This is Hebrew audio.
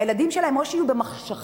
הילדים שלהן או שיהיו במחשכים,